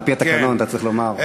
על-פי התקנון אתה צריך לומר.